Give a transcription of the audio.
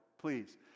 Please